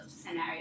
scenario